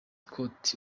scott